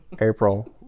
April